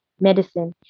medicine